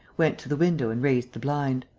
went to the window and raised the blind.